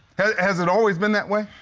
has it always been that way?